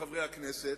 חברי הכנסת,